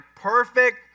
perfect